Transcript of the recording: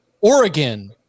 Oregon